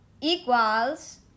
equals